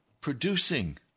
producing